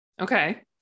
Okay